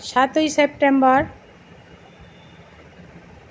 সাতই সেপ্টেম্বর